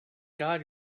god